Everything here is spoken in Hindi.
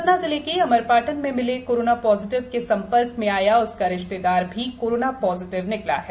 सतना जिले के अमरपाटन में मिले कोरोना पॉजिटिव के संपर्क मैं आया रिश्तेदार भी कोरोना पोजेटिवनिकला हैं